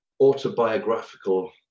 autobiographical